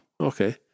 Okay